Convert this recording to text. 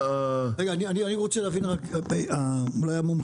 רגע אני רוצה להבין רק מהמומחים.